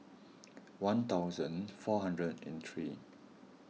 one thousand four hundred and three